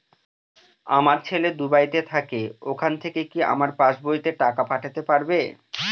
আমার ছেলে দুবাইতে থাকে ওখান থেকে কি আমার পাসবইতে টাকা পাঠাতে পারবে?